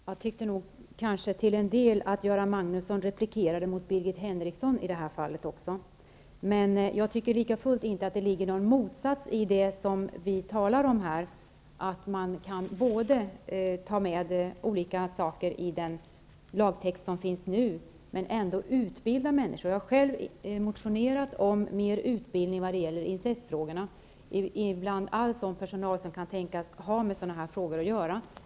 Herr talman! Jag tyckte nog att Göran Magnusson till en del replikerade Birgit Henriksson också. Jag tycker likafullt inte att det ligger någon motsats i det som vi talar om. Man kan både ta med olika saker i den lagtext som finns nu och utbilda människor. Jag har själv motionerat om mer utbildning vad gäller incestfrågorna bland all sådan personal som kan tänkas ha med sådana frågor att göra.